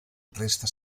resta